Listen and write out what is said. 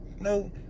No